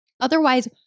Otherwise